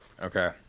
Okay